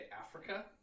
Africa